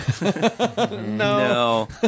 No